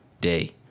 day